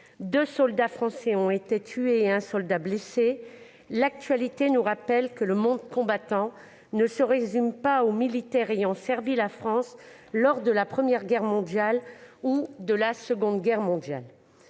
deux soldats français ont été tués et un soldat blessé, l'actualité nous rappelait que le monde combattant ne se résumait pas aux militaires ayant servi la France lors de la Première Guerre ou de la Seconde Guerre mondiales.